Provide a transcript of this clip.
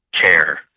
care